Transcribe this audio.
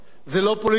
זה הממשלה הקודמת,